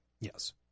Yes